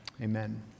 amen